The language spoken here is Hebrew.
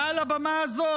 מעל הבמה הזו,